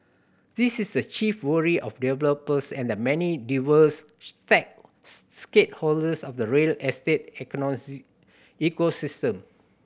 this is the chief worry of developers and the many diverse of the real estate ecosystem